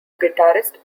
guitarist